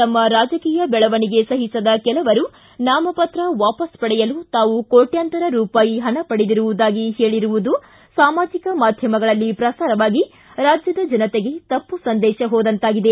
ತಮ್ಮ ರಾಜಕೀಯ ದೆಳವಣಿಗೆ ಸಹಿಸದ ಕೆಲವರು ನಾಮಪತ್ರ ವಾಪಸು ಪಡೆಯಲು ನಾನು ಕೋಟ ಕೋಟ ಹಣ ಪಡೆದಿರುವುದಾಗಿ ಹೇಳಿರುವುದು ಸಾಮಾಜಿಕ ಮಾಧ್ಯಮಗಳಲ್ಲಿ ಪ್ರಸಾರವಾಗಿ ರಾಜ್ಯದ ಜನತೆಗೆ ತಪ್ಪು ಸಂದೇಶ ಹೋದಂತಾಗಿದೆ